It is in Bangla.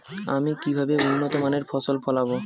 আমি কিভাবে উন্নত মানের ফসল ফলাবো?